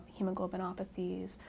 hemoglobinopathies